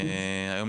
היום,